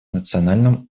национальном